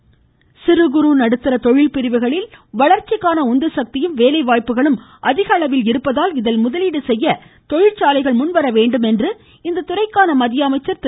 நிதின் கட்காரி சிறு குறு நடுத்தர தொழில்பிரிவுகளில் வளர்ச்சிக்கான உந்துசக்தியும் வேலை வாய்ப்புகளும் அதிக அளவில் இருப்பதால் இதில் முதலீடு செய்ய தொழிற்சாலைகள் முன்வர வேண்டும் என்று இத்துறைக்கான மத்திய அமைச்சர் திரு